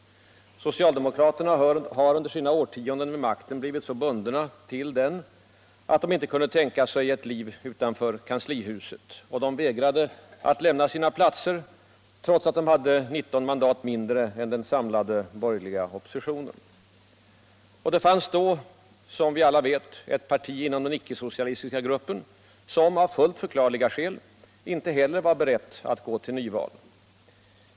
Socialdemokraterna har under sina årtionden vid makten blivit så bundna till denna att de inte kunde tänka sig ett liv utanför kanslihuset. De vägrade att lämna sina platser, trots att de hade 19 mandat mindre än den samlade borgerliga oppositionen. Och det fanns då — som vi alla vet — ett parti inom den icke-socialistiska gruppen som, av fullt förklarliga skäl, inte heller var berett att gå till nyval.